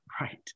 right